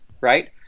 right